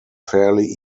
fairly